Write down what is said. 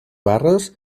barres